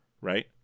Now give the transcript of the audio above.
right